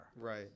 right